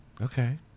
Okay